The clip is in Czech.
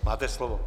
Máte slovo.